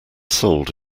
sold